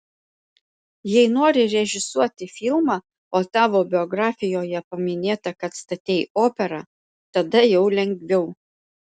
jei nori režisuoti filmą o tavo biografijoje paminėta kad statei operą tada jau lengviau